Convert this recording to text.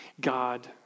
God